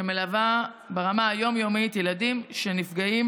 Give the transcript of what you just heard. שמלווה ברמה היום-יומית ילדים שנפגעים